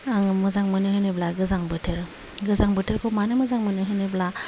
आं मोजां मोनो होनोब्ला गोजां बोथोर गोजां बोथोरखौ मानो मोजां मोनो होनोब्ला